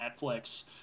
Netflix